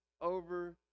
over